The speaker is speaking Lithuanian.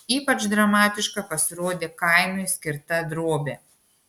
ypač dramatiška pasirodė kainui skirta drobė